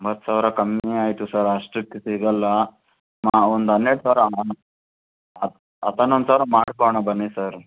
ಒಂಬತ್ತು ಸಾವಿರ ಕಮ್ಮಿ ಆಯಿತು ಸರ್ ಅಷ್ಟಕ್ಕೆ ಸಿಗೊಲ್ಲ ಒಂದು ಹನ್ನೆರಡು ಸಾವಿರ ಹತ್ತು ಹನ್ನೊಂದು ಸಾವಿರ ಮಾಡಿಕೊಡೋಣ ಬನ್ನಿ ಸರ್